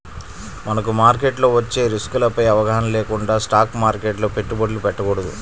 మనకు మార్కెట్లో వచ్చే రిస్కులపై అవగాహన లేకుండా స్టాక్ మార్కెట్లో పెట్టుబడులు పెట్టకూడదు